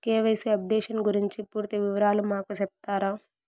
KYC updation గురించి పూర్తి వివరాలు మాకు సెప్తారా?